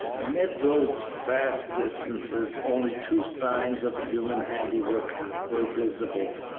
amid those vast distances only two signs of human handiwork were visible.